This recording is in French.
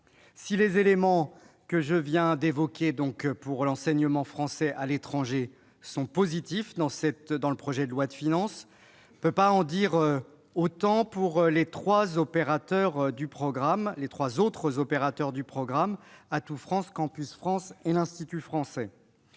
Si les éléments que je viens d'évoquer pour l'enseignement français à l'étranger sont positifs, on ne peut pas en dire autant s'agissant des trois autres opérateurs du programme : Atout France, Campus France et l'Institut français.